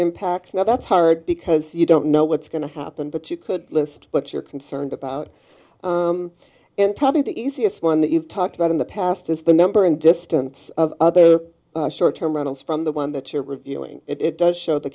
impacts now that's hard because you don't know what's going to happen but you could list but you're concerned about and probably the easiest one that you've talked about in the past is the number and distance of other short term runs from the one that you're reviewing it does show the